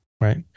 right